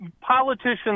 politicians